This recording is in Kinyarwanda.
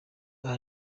aha